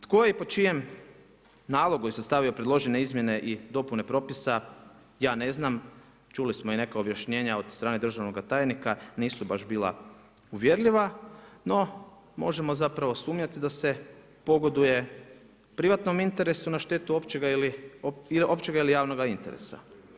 Tko je i po čijem nalogu je sastavio izmjene i dopune propisa, ja ne znam, čuli smo i neka objašnjenja od državnog tajnika, nisu baš bila uvjerljiva, no možemo zapravo sumnjati da se pogoduje privatnom interesu na štetu općega ili javnoga interesa.